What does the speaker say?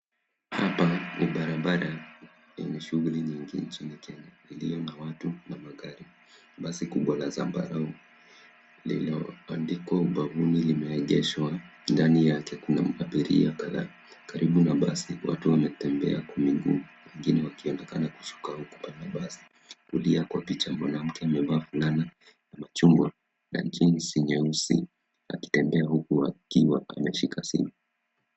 Hapa ni barabara yenye shughuli nyingi nchini Kenya iliyo na watu na magari. Basi kubwa la zambarau lililoandikwa ubavuni limeegeshwa. Ndani yake kuna abiria kadhaa. Karibu na basi watu wanatembea kwa miguu, wengine wakionekana kushuka huko kwa mabasi. Kulia kwa picha mwanamke amevalia fulana ya machungwa na jeans nyeusi, akitembea huku akiwa ameshika simu.